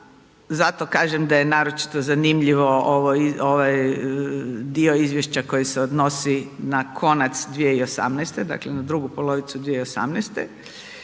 zato kažem da je naročito zanimljivo ovaj dio izvješća koji se odnosi na konac 2018. dakle na drugu polovicu 2018.,